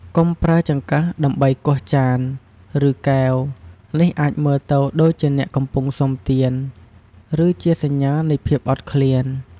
កុំប្រើចង្កឹះដើម្បីគោះចាន ឬកែវ នេះអាចមើលទៅដូចជាអ្នកកំពុងសុំទាន ឬជាសញ្ញានៃភាពអត់ឃ្លាន។